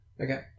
Okay